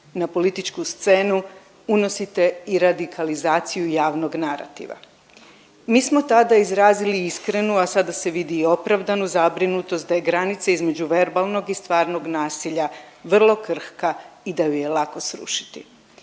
na političku scenu unosite i radikalizaciju javnog narativa. Mi smo tada izrazili iskrenu, a sada se vidi i opravdanu zabrinutost da je granica između verbalnog i stvarnog nasilja vrlo krhka i da ju je lako srušiti.